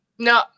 No